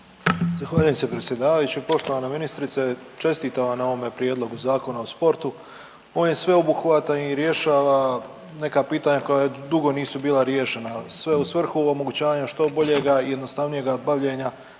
Zahvaljujem se predsjedavajući. Poštovana ministrice, čestitam vam na ovome prijedlogu Zakona o sportu, on je sveobuhvatan i rješava neka pitanja koja dugo nisu bila riješena, a sve u svrhu omogućavanja što boljega i jednostavnijega bavljenja